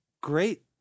great